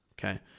Okay